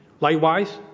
Likewise